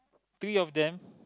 three of them